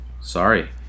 Sorry